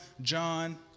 John